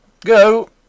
Go